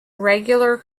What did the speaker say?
regular